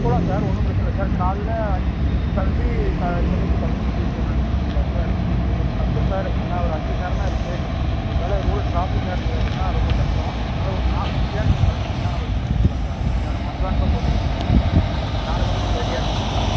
போகலாம் சார் ஒன்றும் பிரச்சனை இல்லை சார் காலைல அஞ்சு மணிக்கு கிளம்பி க சென்னைக்கு பத்து மணிக்கு போய் சேரணுன்னு சொல்கிறீங்களா சார் அது கொஞ்சம் கஷ்டம் சார் ஏன்னா ஒரு அஞ்சு மணி நேரம் தான் இருக்குது ஒருவேளை ரோடு ட்ராஃபிக்காக இருந்தது அப்படினா ரொம்ப கஷ்டம் அதனால் ஒரு நாலு மணிக்குல்லாம் நீங்கள் கிளம்பிட்டீங்கனா நம்ம போய் சேந்துடலாம் சார் கொஞ்சம் நம்ம அட்வான்ஸாக போகிறது கொஞ்சம் நல்லது தான் சார் நாலு மணிக்கு நீங்கள் ரெடியாக இருக்க முடியும்ங்களா